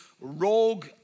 rogue